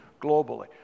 globally